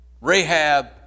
Rahab